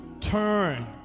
turn